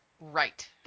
Right